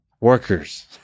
Workers